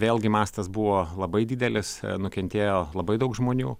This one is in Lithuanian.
vėlgi mastas buvo labai didelis nukentėjo labai daug žmonių